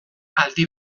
aldi